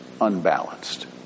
unbalanced